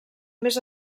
més